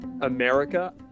america